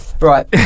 Right